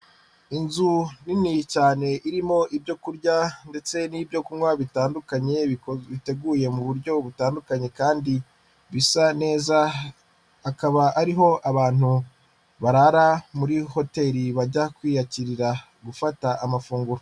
Inzu nini cyane irimo ibyo kurya ndetse n'ibyo kunywa bitandukanye, biteguye mu buryo butandukanye kandi bisa neza, hakaba ari ho abantu barara muri hoteri bajya kwiyakirira gufata amafunguro.